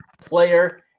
player